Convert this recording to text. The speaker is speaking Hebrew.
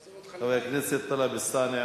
מס' 7237. חבר הכנסת טלב אלסאנע